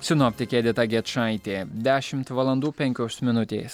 sinoptikė edita gečaitė dešimt valandų penkios minutės